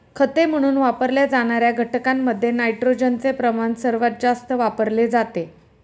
खते म्हणून वापरल्या जाणार्या घटकांमध्ये नायट्रोजनचे प्रमाण सर्वात जास्त वापरले जाते